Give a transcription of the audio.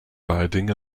gliding